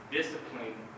discipline